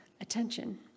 attention